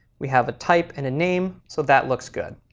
we have a type and a name, so that looks good.